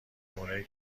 اونایی